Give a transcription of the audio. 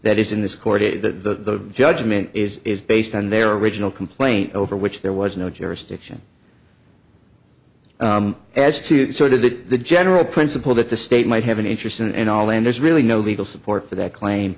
that is in this court is the judgment is is based on their original complaint over which there was no jurisdiction as to sort of the general principle that the state might have an interest in it all and there's really no legal support for that